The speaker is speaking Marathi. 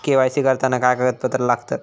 के.वाय.सी करताना काय कागदपत्रा लागतत?